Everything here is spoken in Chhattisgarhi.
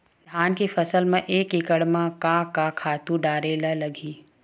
धान के फसल म एक एकड़ म का का खातु डारेल लगही?